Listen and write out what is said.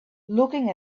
looking